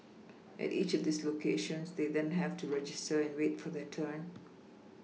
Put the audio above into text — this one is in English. at each of these locations they then have to register and wait for their turn